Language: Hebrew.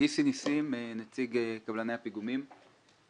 איסי ניסים, נציג קבלני הפיגומים.